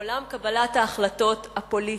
מעולם קבלת ההחלטות הפוליטי,